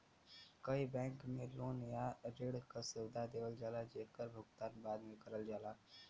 कई बैंक में लोन या ऋण क सुविधा देवल जाला जेकर भुगतान बाद में करल जाला